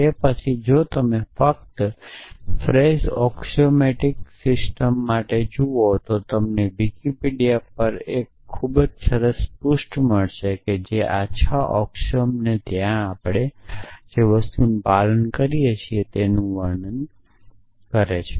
તે પછી જો તમે ફક્ત ફ્રેજ ઑક્સિઓમેટિક સિસ્ટમ માટે જુઓ છો તો તમને વિકિપિડિયા પર એક ખૂબ સરસ પૃષ્ઠ મળશે જે આ છ અક્ષો અને ત્યાંથી આપણે જે વસ્તુઓનું પાલન કરીએ છીએ તેનું વર્ણન કરે છે